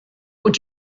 would